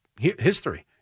history